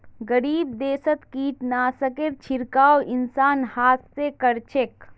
गरीब देशत कीटनाशकेर छिड़काव इंसान हाथ स कर छेक